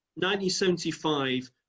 1975